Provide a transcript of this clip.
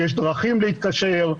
יש דרכים להתקשר,